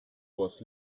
was